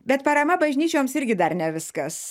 bet parama bažnyčioms irgi dar ne viskas